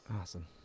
awesome